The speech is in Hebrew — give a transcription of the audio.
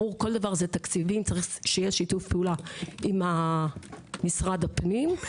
ברור שכל דבר זה תקציבים ומצריך שיתוף פעולה עם משרד הפנים.